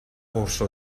orso